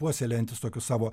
puoselėjantis tokius savo